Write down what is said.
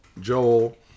Joel